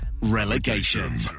relegation